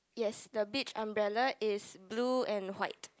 yes the beach umbrella is blue and white